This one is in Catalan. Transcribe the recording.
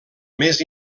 més